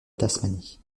tasmanie